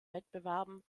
wettbewerben